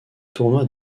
tournoi